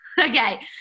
Okay